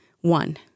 one